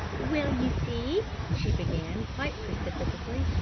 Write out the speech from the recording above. well, you see, she began quite precipitously,